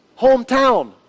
hometown